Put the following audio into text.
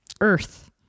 Earth